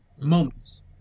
moments